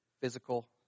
Physical